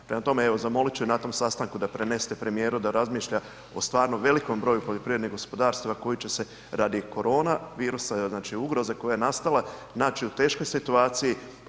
Prema tome, evo zamolit ću i na tom sastanku da prenesete premijeru da razmišlja o stvarno velikom broju poljoprivrednih gospodarstava koja će se radi korona virusa i ugroze koja je nastala naći u teškoj situaciji.